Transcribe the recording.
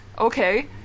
okay